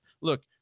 look